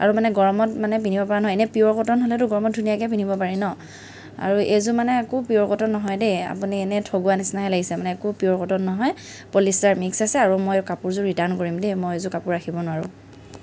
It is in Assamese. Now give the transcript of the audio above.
আৰু মানে গৰমত মানে পিন্ধিব পৰা নহয় এনে পিয়ৰ কটন হ'লেটো গৰমত ধুনীয়াকে পিন্ধিব পাৰি ন আৰু এইযোৰ মানে একো পিয়ৰ কটন নহয় দে আপুনি এনে ঠগোৱা নিচিনাহে লাগিছে মানে একো পিওৰ কটন নহয় পলিষ্টাৰ মিক্স আছে আৰু মই কাপোৰযোৰ ৰিটাৰ্ণ কৰিম দেই মই এইযোৰ কাপোৰ ৰাখিব নোৱাৰোঁ